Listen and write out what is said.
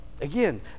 Again